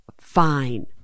fine